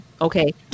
okay